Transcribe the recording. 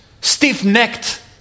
Stiff-necked